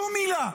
שום מילה.